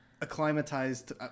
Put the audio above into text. acclimatized